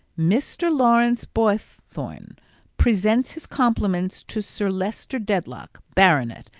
mr. lawrence boythorn presents his compliments to sir leicester dedlock, baronet,